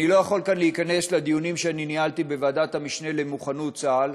אני לא יכול כאן להיכנס לדיונים שאני ניהלתי בוועדת המשנה למוכנות צה"ל,